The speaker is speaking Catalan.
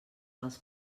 dels